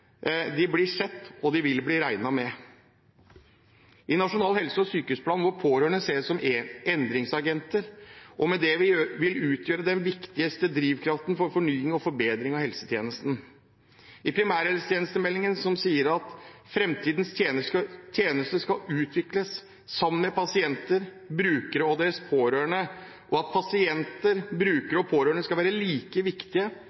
De blir sett, og de vil bli regnet med – i Nasjonal helse- og sykehusplan, der pårørende ses som endringsagenter og med det vil utgjøre den viktigste drivkraften for fornying og forbedring av helsetjenesten, i primærhelsetjenestemeldingen, som sier at framtidens tjeneste skal utvikles sammen med pasienter, brukere og deres pårørende, og at pasienter, brukere og pårørende skal være like viktige